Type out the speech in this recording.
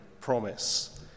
promise